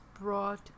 brought